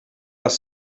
les